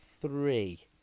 three